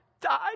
died